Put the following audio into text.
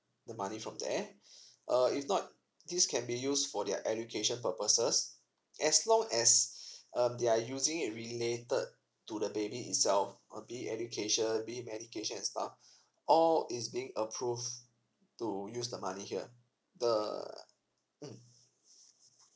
the money from there uh if not this can be used for their education purposes as long as uh they are using it related to the baby itself can be education be medication and stuff all is being approved to use the money the mm